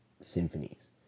symphonies